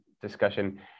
discussion